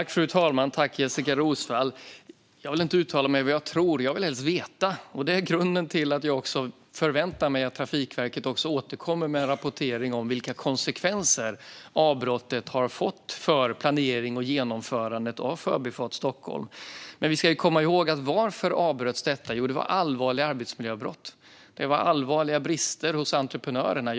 Fru talman! Tack, Jessika Roswall! Jag vill inte uttala mig om vad jag tror. Jag vill helst veta. Det är grunden till att jag förväntar mig att Trafikverket återkommer med en rapportering om vilka konsekvenser avbrottet har fått för planeringen och genomförandet av Förbifart Stockholm. Vi ska dock komma ihåg varför det avbröts. Det handlade om allvarliga arbetsmiljöbrott. Det var allvarliga brister hos entreprenörerna.